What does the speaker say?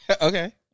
Okay